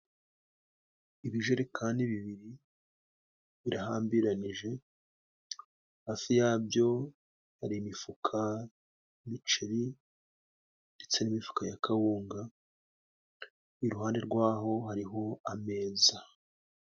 Ibijerekani bibiri, birahambiranyije, hafi yabyo hari imifuka y'imiceri, ndetse n'imifuka ya kawunga, iruhande rwaho hari ho ameza.